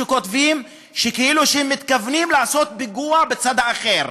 שכותבים כאילו הם מתכוונים לעשות פיגוע בצד האחר,